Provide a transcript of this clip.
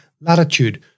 latitude